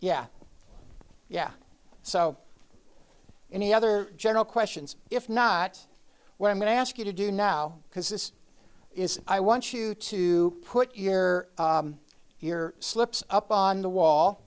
yeah yeah so any other general questions if not well i'm going to ask you to do now because this is i want you to put your your slips up on the wall